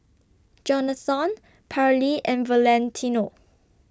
Johnathon Parlee and Valentino